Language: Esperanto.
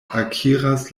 akiras